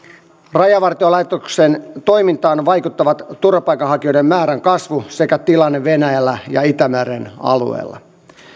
rajavartiolaitoksen toimintaan vaikuttavat turvapaikanhakijoiden määrän kasvu sekä tilanne venäjällä ja itämeren alueella